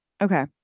Okay